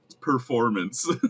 performance